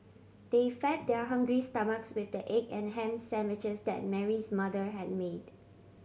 they fed their hungry stomachs with the egg and ham sandwiches that Mary's mother had made